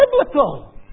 biblical